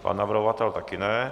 Pan navrhovatel také ne.